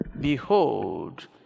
Behold